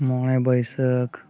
ᱢᱚᱬᱮ ᱵᱟᱹᱭᱥᱟᱹᱠᱷ